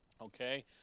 Okay